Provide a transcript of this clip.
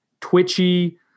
twitchy